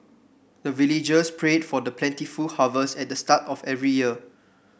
the villagers pray for the plentiful harvest at the start of every year